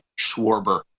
Schwarber